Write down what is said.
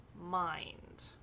mind